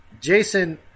Jason